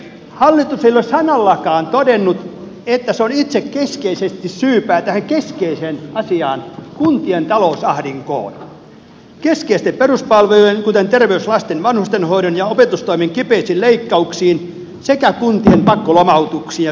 hallitus ei ole sanallakaan todennut että se on itsekeskeisesti syypää tähän keskeiseen asiaan kuntien talousahdinkoon keskeisten peruspalvelujen kuten terveys lasten ja vanhustenhoidon ja opetustoimen kipeisiin leikkauksiin sekä kuntien pakkolomautuksiin ja työttömyyden lisääntymiseen